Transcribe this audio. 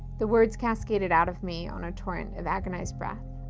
the words cascaded out of me on a torrent of agonized breath.